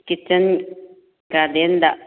kitchen ꯒꯥꯔꯗꯦꯟꯗ